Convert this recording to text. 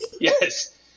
Yes